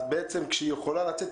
אז כשהיא יכולה לצאת,